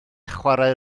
chwarae